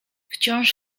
wciąż